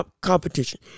competition